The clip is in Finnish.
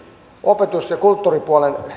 opetus ja kulttuuripuolen